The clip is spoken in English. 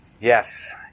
Yes